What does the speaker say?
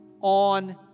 on